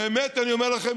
באמת אני אומר לכם,